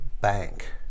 bank